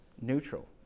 Neutral